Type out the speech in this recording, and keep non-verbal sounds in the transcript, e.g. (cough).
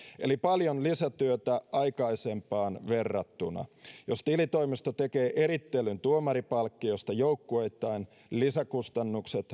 eli tulee paljon lisätyötä aikaisempaan verrattuna jos tilitoimisto tekee erittelyn tuomaripalkkioista joukkueittain lisäkustannukset (unintelligible)